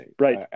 right